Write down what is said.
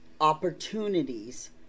opportunities